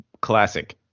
classic